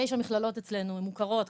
תשע מכללות אצלנו הן מוכרות,